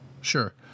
sure